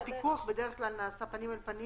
שהפיקוח בדרך-כלל נעשה פנים אל פנים